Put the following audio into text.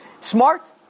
Smart